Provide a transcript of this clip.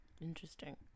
Interesting